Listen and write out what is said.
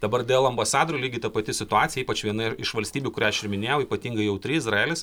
dabar dėl ambasadorių lygiai ta pati situacija ypač viena iš valstybių kurią aš ir minėjau ypatingai jautri izraelis